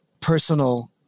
personal